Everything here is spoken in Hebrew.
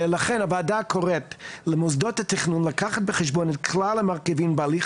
לכן הוועדה קוראת למוסדות התכנון לקחת בחשבון את כלל המרכיבים בהליך